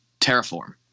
Terraform